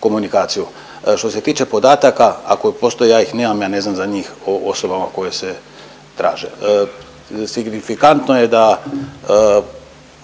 komunikaciju. Što se tiče podataka, ako postoje, ja ih nemam, ja ne znam za njih o osobama koje se traže. Signifikantno je da